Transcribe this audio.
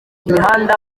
umuhanda